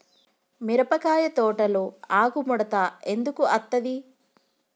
మిరపకాయ తోటలో ఆకు ముడత ఎందుకు అత్తది?